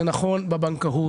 וזה נכון בבנקאות,